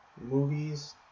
movies